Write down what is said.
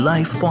Life